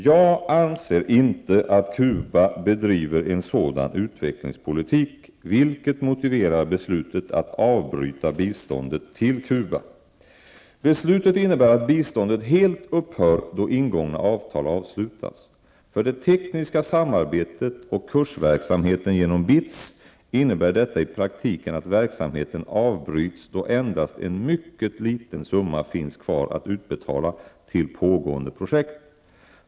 Jag anser inte att Cuba bedriver en sådan utvecklingspolitik, vilket motiverar beslutet att avbryta biståndet till Cuba. innebär detta i praktiken att verksamheten avbryts då endast en mycket liten summa finns kvar att utbetala till pågående projekt.